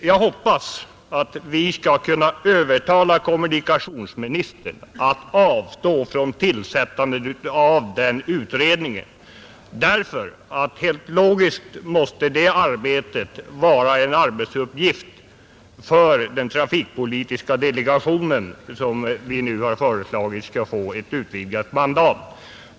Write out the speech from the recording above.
Jag hoppas att vi skall kunna övertala kommunikationsministern att avstå från tillsättandet av den utredningen, därför att det här arbetet helt logiskt måste vara en uppgift för den trafikpolitiska delegationen, som vi nu har föreslagit skall få utvidgat mandat.